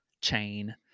chain